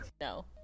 No